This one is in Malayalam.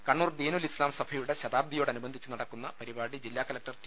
കണ്ണൂർ ദീനുൽ ഇസ്താം സ്ഭയുടെ ശതാബ്ദിയോടനുബന്ധിച്ച് നടക്കുന്ന പരിപാട്ടി ജില്ലാ കലക്ടർ ടി